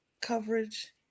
coverage